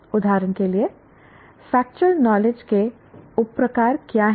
उदाहरण के लिए फेक्चुअल नॉलेज के उप प्रकार क्या हैं